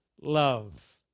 love